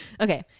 okay